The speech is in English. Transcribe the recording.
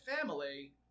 family